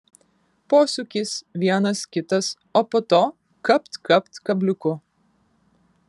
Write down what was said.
posūkis vienas kitas o po to kapt kapt kabliuku